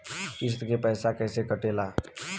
किस्त के पैसा कैसे कटेला?